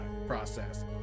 process